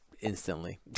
instantly